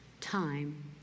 time